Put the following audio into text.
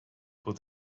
was